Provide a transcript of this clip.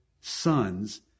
sons